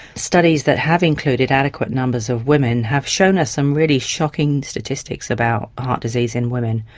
studies that have included adequate numbers of women have shown us some really shocking statistics about heart disease in women.